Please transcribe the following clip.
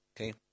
Okay